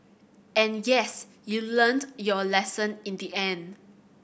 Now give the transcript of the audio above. and yes you learnt your lesson in the end